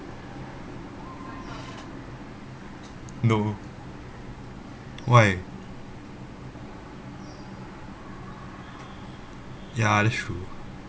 no why ya that's true